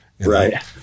Right